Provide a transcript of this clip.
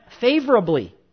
favorably